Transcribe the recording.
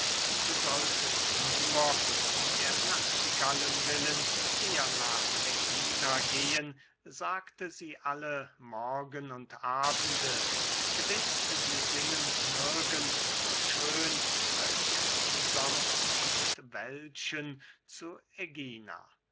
du solltest nur um der nachtigallen willen eher nach ägina gehen sagte sie alle morgen und abende gewiß sie singen nirgend so schön als in unserm lustwäldchen zu ägina